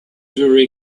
very